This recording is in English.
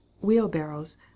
wheelbarrows